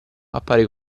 appare